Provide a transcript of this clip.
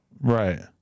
Right